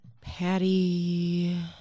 Patty